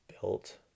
built